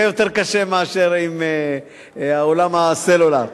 יהיה יותר קשה מאשר עם עולם הסלולר.